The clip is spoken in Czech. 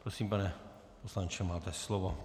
Prosím, pane poslanče, máte slovo.